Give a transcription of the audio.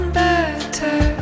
better